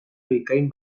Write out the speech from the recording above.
bikain